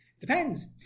depends